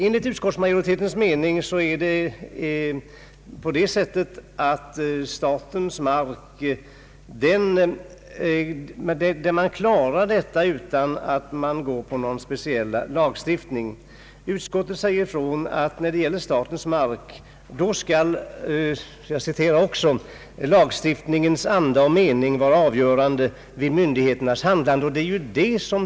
Enligt utskottsmajoritetens mening bör frågan om statens mark klaras av utan någon speciell lagstiftning. När det gäller statens mark säger utskottet att lagstiftningens anda och mening bör vara avgörande för myndigheternas handlande även i ärenden som berör kronans intressen.